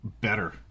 better